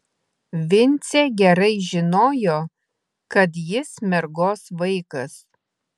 vincė gerai žinojo kad jis mergos vaikas